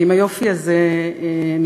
ועם היופי הזה נשארתי,